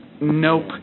nope